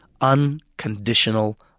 unconditional